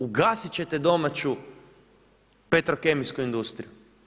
Ugasit ćete domaću petrokemijsku industriju.